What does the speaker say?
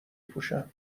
پوشن